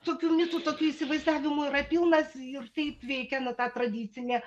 tokių mitų tokių įsivaizdavimų yra pilnas ir taip veikia na ta tradicinė